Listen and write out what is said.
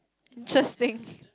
interesting